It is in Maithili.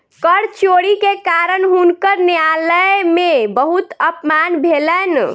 कर चोरी के कारण हुनकर न्यायालय में बहुत अपमान भेलैन